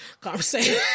conversation